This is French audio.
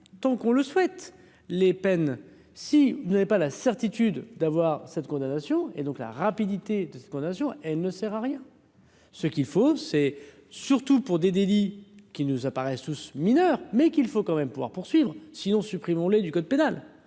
tant qu'on le souhaite, les peines. Si vous n'avez pas la certitude d'avoir cette condamnation et donc la rapidité de ce qu'on a et ne sert à rien. Ce qu'il faut, c'est surtout pour des délits qui nous apparaissent tous mineurs mais qu'il faut quand même pouvoir poursuivre sinon supprimons-les du code pénal,